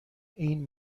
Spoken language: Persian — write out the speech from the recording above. این